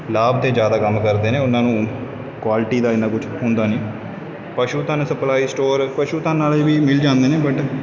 ਲਾਭ 'ਤੇ ਜ਼ਿਆਦਾ ਕੰਮ ਕਰਦੇ ਨੇ ਉਹਨਾਂ ਨੂੰ ਕੁਆਲਿਟੀ ਦਾ ਇੰਨਾ ਕੁਛ ਹੁੰਦਾ ਨਹੀਂ ਪਸ਼ੂ ਧਨ ਸਪਲਾਈ ਸਟੋਰ ਪਸ਼ੂ ਧਨ ਵਾਲੇ ਵੀ ਮਿਲ ਜਾਂਦੇ ਨੇ ਬਟ